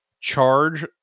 charge